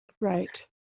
Right